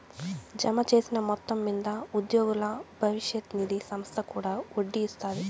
జమచేసిన మొత్తం మింద ఉద్యోగుల బవిష్యత్ నిది సంస్త కూడా ఒడ్డీ ఇస్తాది